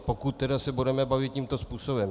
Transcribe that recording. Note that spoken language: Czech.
Pokud se budeme bavit tímto způsobem.